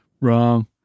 Wrong